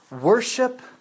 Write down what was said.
worship